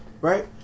right